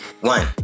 one